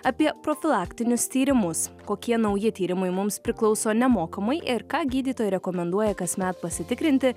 apie profilaktinius tyrimus kokie nauji tyrimai mums priklauso nemokamai ir ką gydytojai rekomenduoja kasmet pasitikrinti